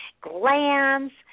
glands